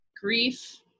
grief